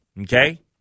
okay